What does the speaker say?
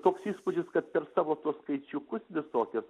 toks įspūdis kad per savo tuos skaičiukus visokias